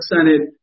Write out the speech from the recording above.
Senate